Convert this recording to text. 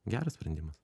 geras sprendimas